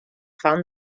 fan